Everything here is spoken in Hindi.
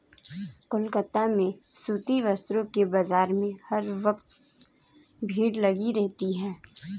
कोलकाता में सूती वस्त्रों के बाजार में हर वक्त भीड़ लगी रहती है